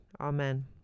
Amen